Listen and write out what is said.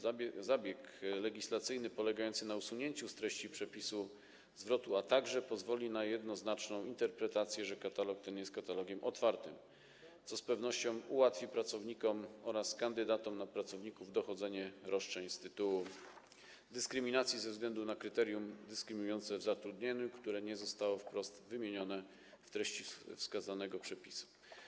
Zabieg legislacyjny polegający na usunięciu z treści przepisu zwrotu „a także” pozwoli na jednoznaczną interpretację, że katalog ten jest katalogiem otwartym, co z pewnością ułatwi pracownikom oraz kandydatom na pracowników dochodzenie roszczeń z tytułu dyskryminacji ze względu na kryterium dyskryminujące w zatrudnieniu, które nie zostało wprost wymienione w treści wskazanego przepisu.